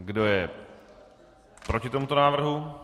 Kdo je proti tomuto návrhu?